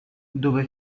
dove